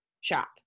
shop